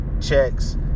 checks